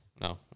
No